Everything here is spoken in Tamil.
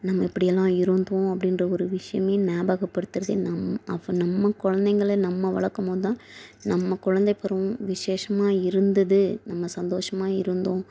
நம்ம இப்படியெல்லாம் இருந்தோம் அப்படின்ற ஒரு விஷயமே ஞாபகப்படுத்துறதே நம் அது நம்ம குழந்தைங்கள நம்ம வளர்க்கும்போது தான் நம்ம குழந்தை பருவம் விஷேசமாக இருந்துது நம்ம சந்தோஷமாக இருந்தோம்